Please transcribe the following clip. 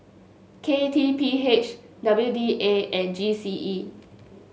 K T P H W D A and G C E